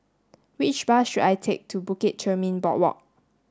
which bus should I take to Bukit Chermin Boardwalk